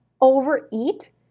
overeat